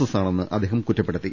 S ആണെന്ന് അദ്ദേഹം കുറ്റപ്പെടുത്തി